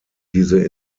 diese